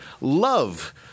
Love